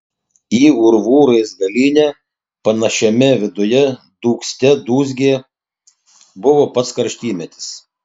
į urvų raizgalynę panašiame viduje dūgzte dūzgė buvo pats karštymetis